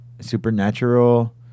supernatural